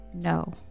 No